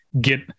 get